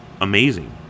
amazing